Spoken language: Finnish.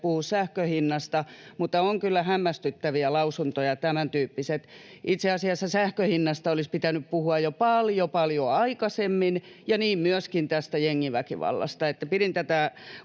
puhua sähkön hinnasta, mutta on kyllä hämmästyttäviä lausuntoja tämäntyyppiset. Itse asiassa sähkön hinnasta olisi pitänyt puhua jo paljon, paljon aikaisemmin ja niin myöskin tästä jengiväkivallasta.